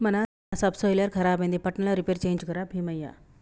మన సబ్సోయిలర్ ఖరాబైంది పట్నంల రిపేర్ చేయించుక రా బీమయ్య